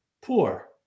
poor